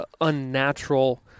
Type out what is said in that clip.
unnatural